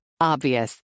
Obvious